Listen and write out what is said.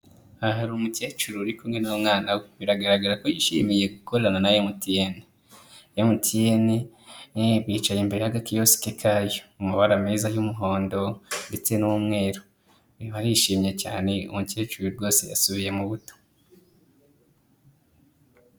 Aha hari umukecuru uri kumwe n'umwana biragaragara ko yishimiye gukorana na MTN, MTN yicaye imbere y'agakiyosike kayo mu mabara meza y'umuhondo ndetse n'umweru, barishimye cyane umukecuru rwose yasubiye mu buto.